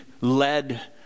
led